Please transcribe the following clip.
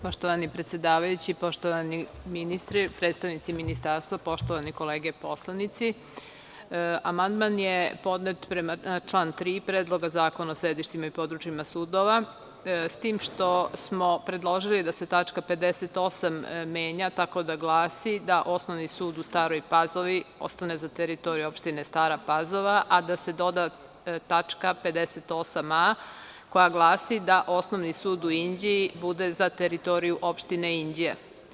Poštovani predsedavajući, poštovani ministre, predstavnici Ministarstva, poštovane kolege poslanici, amandman je podnet na član 3. Predloga zakona o sedištima i područjima sudova, s tim što smo predložili da se tačka 58. menja tako da glasi da Osnovni sud u Staroj Pazovi ostane za teritoriju opštine Stara Pazova, a da se doda tačka 58a koja glasi da Osnovni sud u Inđiji bude za teritoriju opštine Inđija.